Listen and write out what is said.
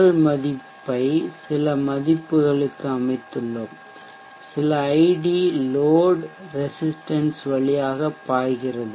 L மதிப்பை சில மதிப்புக்கு அமைத்துள்ளோம் சில ஐடி லோட் ரெசிஷ்டன்ஷ் வழியாக பாய்கிறது